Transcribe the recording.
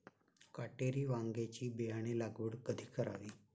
काटेरी वांग्याची बियाणे लागवड कधी करावी?